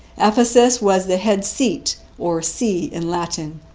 ephesus was the head seat, or see in latin.